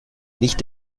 nicht